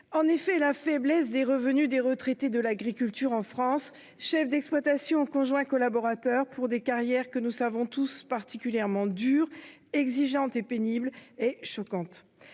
En effet, la faiblesse des revenus des agriculteurs retraités, chefs d'exploitation ou conjoints collaborateurs, pour des carrières que nous savons tous particulièrement dures, exigeantes et pénibles, est choquante.